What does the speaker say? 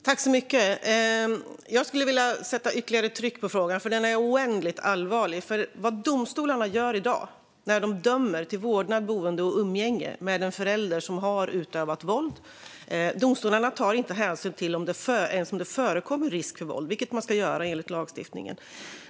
Fru talman! Jag skulle vilja sätta ytterligare tryck på frågan, för den är oändligt allvarlig. När domstolarna i dag dömer till vårdnad, boende och umgänge med en förälder som har utövat våld tar de inte hänsyn till om det finns risk för våld eller ens om det förekommer våld, vilket de ska göra enligt lagstiftningen.